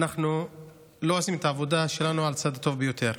אנחנו לא עושים את העבודה שלנו על הצד הטוב ביותר.